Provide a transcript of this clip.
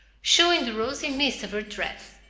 showing the rosy mist of her dress.